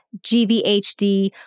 GVHD